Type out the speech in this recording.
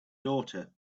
daughter